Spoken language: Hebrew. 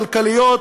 כלכליות,